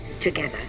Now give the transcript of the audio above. together